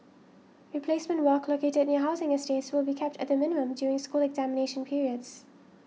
replacement work located near housing estates will be kept at the minimum during school examination periods